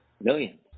Millions